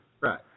Right